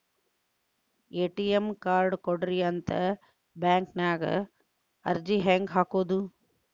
ATM card ಕೊಡ್ರಿ ಅಂತ ಬ್ಯಾಂಕ ನ್ಯಾಗ ಅರ್ಜಿ ಹೆಂಗ ಹಾಕೋದು?